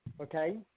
okay